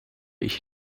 ich